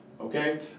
Okay